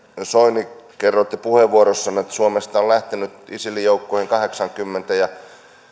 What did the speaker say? soini kerroitte puheenvuorossanne että suomesta on lähtenyt isilin joukkoihin kahdeksankymmentä ja